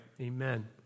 Amen